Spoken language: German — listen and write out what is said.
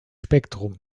spektrum